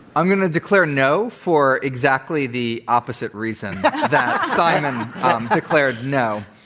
i'm going to declare no for exactly the opposite reason that simon declared no,